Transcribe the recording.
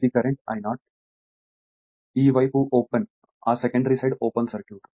ఇది current I0 ఈ వైపు ఓపెన్ ఆ సెకండరీ సైడ్ ఓపెన్ సర్క్యూట్